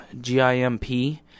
G-I-M-P